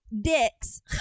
dicks